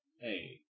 hey